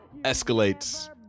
escalates